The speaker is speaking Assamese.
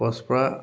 পৰস্পৰা